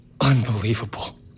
Unbelievable